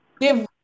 give